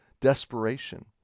desperation